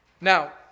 Now